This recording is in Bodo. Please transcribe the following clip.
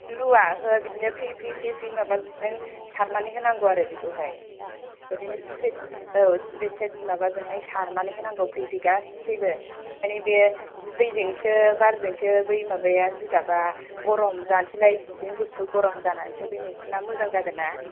लुया ओहो बिदिनो फ्रि फ्रि फ्रि फ्रि माबाजों सारनानै होनांगौ आरो बेखौहाय इदिनो स्फ्रे औ स्फ्रेजों माबाजोंहाय सारनानै होनांगौ फ्रि फ्रि फ्रि फ्रि गासिबो माने बे बेजेंसो बार जोंसो बै माबाया जिगाबा गरम जानोसै लाय बिदिनो गुसु गरम जानासो बे मैखुना मोजां जागोनना